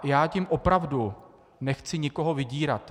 Já tím opravdu nechci nikoho vydírat.